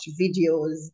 videos